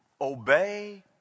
Obey